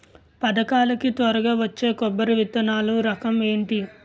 పథకాల కి త్వరగా వచ్చే కొబ్బరి విత్తనాలు రకం ఏంటి?